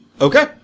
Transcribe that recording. Okay